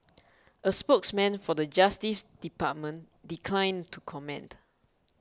a spokesman for the Justice Department declined to comment